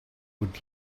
would